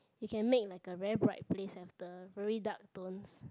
you can make like a very bright place have the very dark tones